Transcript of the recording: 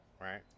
right